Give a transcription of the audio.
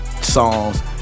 songs